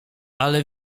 ale